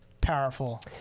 powerful